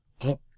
Up